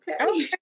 okay